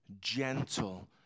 Gentle